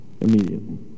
Immediately